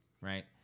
right